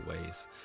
ways